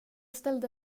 ställde